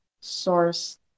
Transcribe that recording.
source